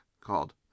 called